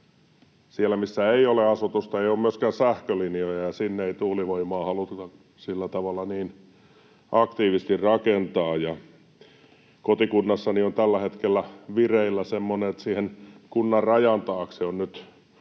Siellä, missä ei ole asutusta, ei ole myöskään sähkölinjoja, ja sinne ei tuulivoimaa haluta sillä tavalla, niin aktiivisesti, rakentaa. Kotikunnassani on tällä hetkellä vireillä semmoinen, että siihen kunnan rajan taakse nyt